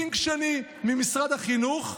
פינג שני: ממשרד החינוך,